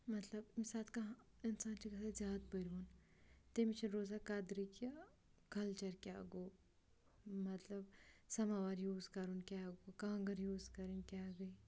مطلب ییٚمہِ ساتہٕ کانٛہہ اِنسان چھِ گژھان زیادٕ پٔرۍوُن تٔمِس چھِنہٕ روزان قدرٕے کہِ کَلچَر کیٛاہ گوٚو مطلب سماوار یوٗز کَرُن کیٛاہ گوٚو کانٛگٕر یوٗز کَرٕنۍ کیٛاہ گٔے